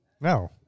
No